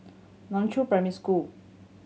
Nan Chiau Primary School